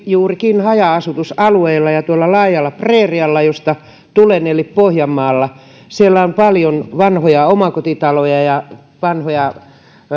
juurikin haja asutusalueilla ja tuolla laajalla preerialla mistä tulen eli pohjanmaalla siellä on paljon vanhoja omakotitaloja ja vanhoja